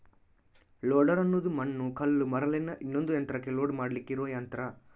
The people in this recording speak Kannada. ಲೋಡರ್ ಅನ್ನುದು ಮಣ್ಣು, ಕಲ್ಲು, ಮರಳನ್ನೆಲ್ಲ ಇನ್ನೊಂದು ಯಂತ್ರಕ್ಕೆ ಲೋಡ್ ಮಾಡ್ಲಿಕ್ಕೆ ಇರುವ ಯಂತ್ರ